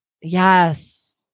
Yes